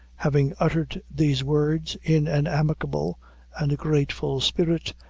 having uttered these words, in an amicable and grateful spirit,